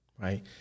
right